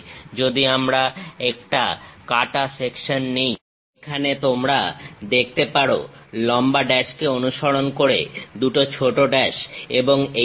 যদি আমরা একটা কাটা সেকশন নিই এখানে তোমরা দেখতে পারো লম্বা ড্যাশকে অনুসরণ করে দুটো ছোট ড্যাশ এবং এইরকম